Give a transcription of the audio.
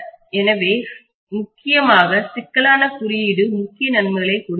எனவே முக்கியமாக சிக்கலான குறியீடு முக்கிய நன்மைகள் கொடுக்கிறது